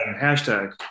hashtag